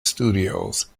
studios